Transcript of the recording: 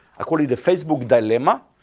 according to the facebook dilemma.